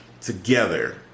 together